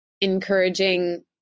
encouraging